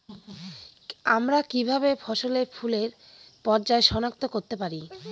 আমরা কিভাবে ফসলে ফুলের পর্যায় সনাক্ত করতে পারি?